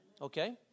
Okay